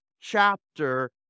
chapter